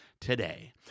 today